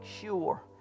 sure